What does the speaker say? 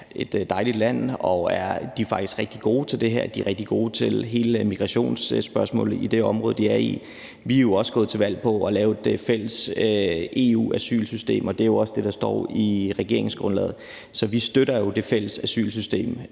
et dejligt land, og de er faktisk rigtig gode til det her. De er rigtig gode til hele migrationsspørgsmålet i det område, de er i. Vi er også gået til valg på at lave et fælles EU-asylsystem, og det er også det, der står i regeringsgrundlaget. Så vi støtter jo det fælles asylsystem,